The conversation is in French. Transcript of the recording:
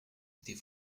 était